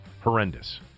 Horrendous